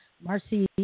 Marcy